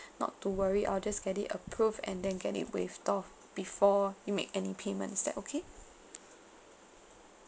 not to worry I'll just get it approved and then get it waived off before you make any payment is that okay